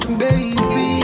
baby